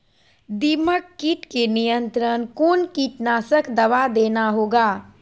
दीमक किट के नियंत्रण कौन कीटनाशक दवा देना होगा?